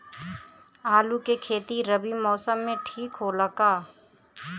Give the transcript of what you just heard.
आलू के खेती रबी मौसम में ठीक होला का?